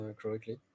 correctly